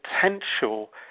potential